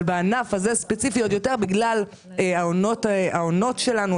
אבל בענף הספציפי הזה בגלל העונות שלנו,